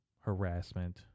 harassment